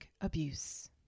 abuse